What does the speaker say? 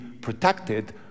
protected